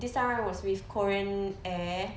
this time round was with Korean Air